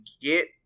get